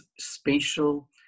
spatial